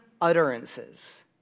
utterances